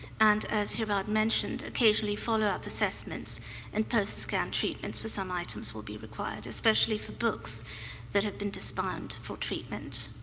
and as hirad mentioned, occasionally follow-up assessments and post-scan treatments for some items will be required, especially for books that have been disbound for treatment.